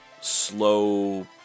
slow